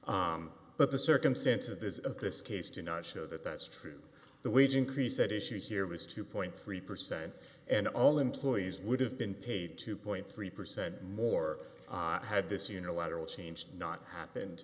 that but the circumstances of this case do not show that that's true the wage increase at issue here was two point three percent and all employees would have been paid two point three percent more had this unilateral change not happened